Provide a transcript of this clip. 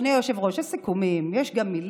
אדוני היושב-ראש, יש סיכומים, יש גם מילים,